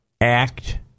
act